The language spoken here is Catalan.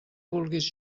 vulguis